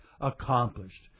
accomplished